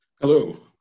Hello